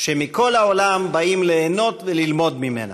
שמכל העולם באים ליהנות וללמוד ממנה.